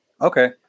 Okay